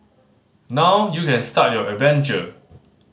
now you can start your adventure